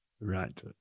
Right